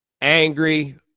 Angry